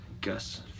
Gus